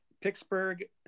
Pittsburgh